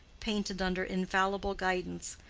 painted under infallible guidance,